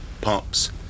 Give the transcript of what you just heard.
pumps